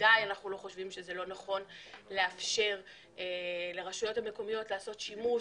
בוודאי אנחנו לא חושבים שזה לא נכון לאפשר לרשויות המקומיות לעשות שימוש